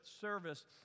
service